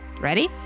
Ready